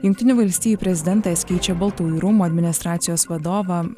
jungtinių valstijų prezidentas keičia baltųjų rūmų administracijos vadovą